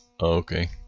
Okay